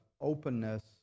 openness